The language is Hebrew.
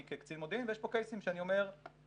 כקצין מודיעין ויש פה קייסים שאני אומר שהם